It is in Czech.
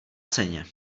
ceně